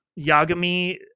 Yagami